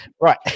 Right